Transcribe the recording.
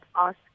ask